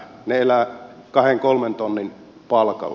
he elävät kahdenkolmen tonnin palkalla